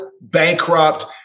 bankrupt